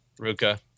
Ruka